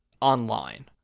online